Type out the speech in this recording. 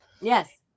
Yes